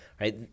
Right